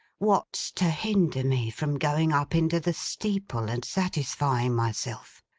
what's to hinder me from going up into the steeple and satisfying myself?